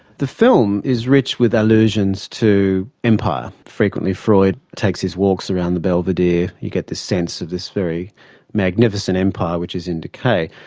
the film is rich with allusions to empire, frequently freud takes his walks around the belvedere. you get this sense of this very magnificent empire which is in decay.